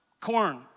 corn